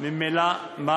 מה?